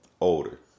older